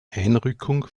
einrückung